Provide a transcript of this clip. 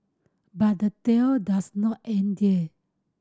but the tail does not end there